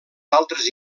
altres